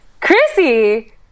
Chrissy